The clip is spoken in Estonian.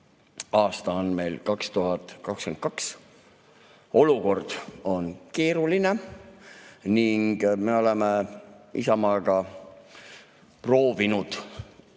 Aasta on meil 2022. Olukord on keeruline ning me oleme Isamaaga proovinud